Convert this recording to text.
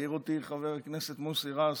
העיר אותי חבר הכנסת מוסי רז